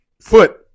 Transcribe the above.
foot